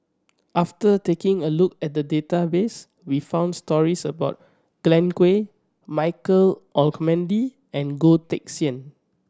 after taking a look at the database we found stories about Glen Goei Michael Olcomendy and Goh Teck Sian